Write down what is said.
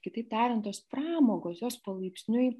kitaip tariant tos pramogos jos palaipsniui